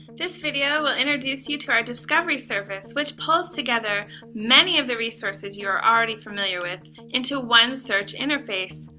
this video will introduce you to our discovery service which pulls together many of the resources you are already familiar with into one search interface.